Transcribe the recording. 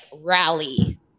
rally